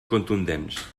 contundents